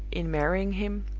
in marrying him,